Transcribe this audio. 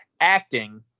acting